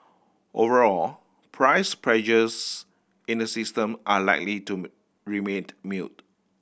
overall price pressures in the system are likely to remained muted